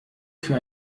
für